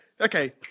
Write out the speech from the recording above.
okay